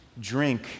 drink